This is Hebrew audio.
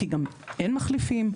כי אין מחליפים.